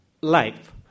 life